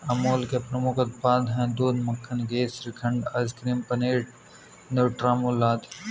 अमूल के प्रमुख उत्पाद हैं दूध, मक्खन, घी, श्रीखंड, आइसक्रीम, पनीर, न्यूट्रामुल आदि